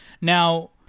Now